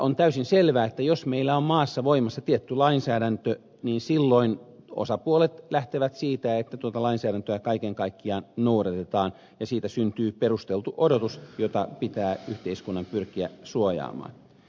on täysin selvää että jos meillä on maassa voimassa tietty lainsäädäntö niin silloin osapuolet lähtevät siitä että tuota lainsäädäntöä kaiken kaikkiaan noudatetaan ja siitä syntyy perusteltu odotus jota pitää yhteiskunnan pyrkiä suojaamaan